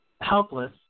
helpless